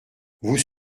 vous